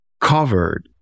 covered